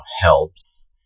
helps